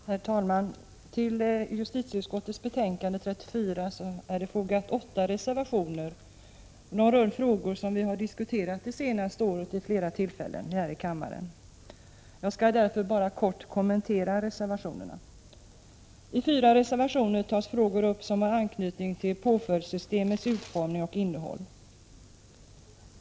Herr talman! Till justitieutskottets betänkande 34 är fogade åtta reservationer. De rör frågor som vi under det senaste året har diskuterat vid flera tillfällen här i kammaren. Jag skall bara kort kommentera reservationerna. I fyra reservationer tas frågor upp som har anknytning till påföljdssystemets utformning och innehåll.